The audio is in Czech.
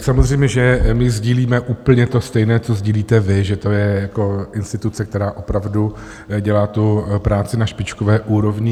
Samozřejmě že my sdílíme úplně to stejné, co sdílíte vy, že to je instituce, která opravdu dělá tu práci na špičkové úrovni.